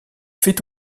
fait